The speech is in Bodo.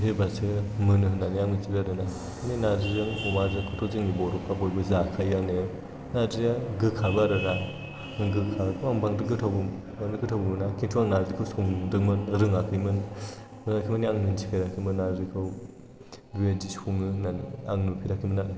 होबासो मोनो होननानै आं मिन्थिबाय आरोना बे नारजिजों अमाजोंखौथ' जोंनि बर'फोरा बयबो जाखायोआनो नारजिया गोखाबो आरोना बे गोखाखौ आं बांद्राय गोथावबो मोना खिन्तु आं नारजिखौ संदोंमोन रोङाखैमोन रोङाखै माने आं मिन्थिफेराखैमोन आरो बेखौ बेबायदि सङो होननानै आं नुफेराखैमोन आरो